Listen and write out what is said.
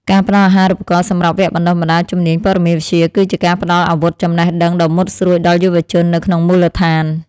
ការផ្តល់អាហារូបករណ៍សម្រាប់វគ្គបណ្តុះបណ្តាលជំនាញព័ត៌មានវិទ្យា គឺជាការផ្តល់អាវុធចំណេះដឹងដ៏មុតស្រួចដល់យុវជននៅក្នុងមូលដ្ឋាន។